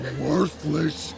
worthless